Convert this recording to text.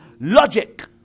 logic